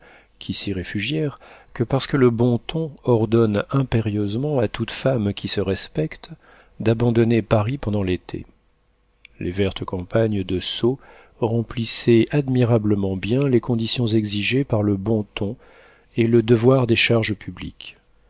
qui s'y réfugièrent que parce que le bon ton ordonne impérieusement à toute femme qui se respecte d'abandonner paris pendant l'été les vertes campagnes de sceaux remplissaient admirablement bien les conditions exigées par le bon ton et le devoir des charges publiques